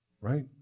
Right